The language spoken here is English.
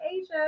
Asia